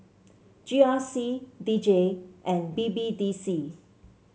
G R C D J and B B D C